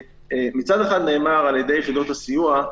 מצד אחד נאמר על ידי יחידות הסיוע,